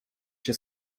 się